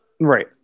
Right